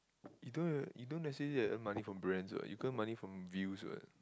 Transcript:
you don't even you don't necessary have to earn money from brands [what] you can earn money from views [what]